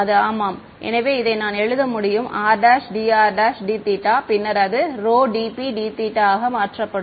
அது ஆமாம் எனவே இதை நான் எழுத முடியும் r'dr'd θபின்னர் அது ρdρd θ ஆக மாற்றப்படும்